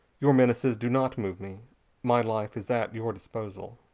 your menaces do not move me my life is at your disposal.